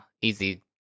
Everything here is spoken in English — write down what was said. easy